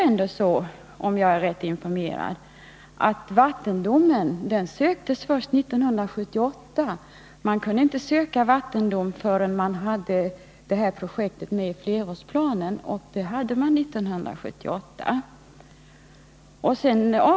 Men om jag är rätt informerad är det ändå så att prövning av vattendomstolen söktes först 1978. Man kunde inte göra det förrän man hade projektet med i flerårsplanen, och det var med där 1978.